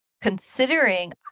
considering